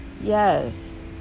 yes